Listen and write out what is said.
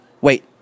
Wait